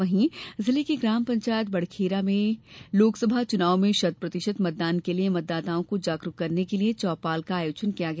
वहीं जिले के ग्राम पंचायत बड़खेरा में लोकसभा चुनाव में शत प्रतिशत मतदान के लिऐ मतदाताओं को जागरूक करने निर्वाचन चौपाल का आयोजन किया गया